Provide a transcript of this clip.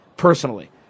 Personally